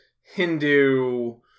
Hindu